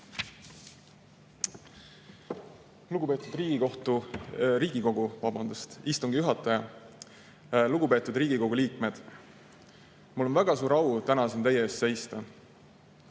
Lugupeetud Riigikogu istungi juhataja! Lugupeetud Riigikogu liikmed! Mul on väga suur au täna siin teie ees seista.